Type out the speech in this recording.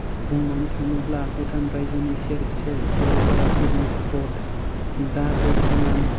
बुंबावनो थाङोब्ला भुटान राइजोनि सेर सेर सरलपारा पिकनिक स्पट दा बरथमान